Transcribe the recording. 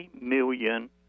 million